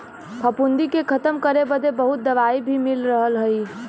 फफूंदी के खतम करे बदे बहुत दवाई भी मिल रहल हई